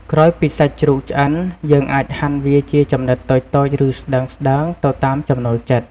ក្រោយពីសាច់ជ្រូកឆ្អិន យើងអាចហាន់វាជាចំណិតតូចៗ ឬស្ដើងៗ ទៅតាមចំណូលចិត្ត។